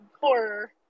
horror